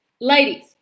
ladies